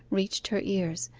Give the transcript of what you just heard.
reached her ears,